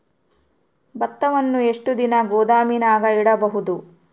ಭತ್ತವನ್ನು ಎಷ್ಟು ದಿನ ಗೋದಾಮಿನಾಗ ಇಡಬಹುದು?